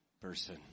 person